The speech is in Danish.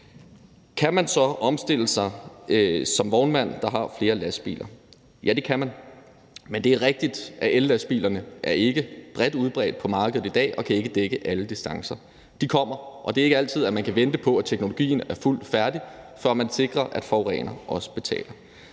Kan man så omstille sig som vognmand, der har flere lastbiler? Ja, det kan man, men det er rigtigt, at ellastbilerne ikke er bredt udbredt på markedet i dag og ikke kan dække alle distancer. De kommer, og det er ikke altid, at man kan vente på, at teknologien er fuldt færdigudviklet, før man sikrer, at forureneren også betaler,